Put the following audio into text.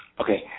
Okay